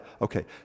Okay